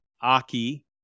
Aki